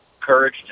courage